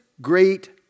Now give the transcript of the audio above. great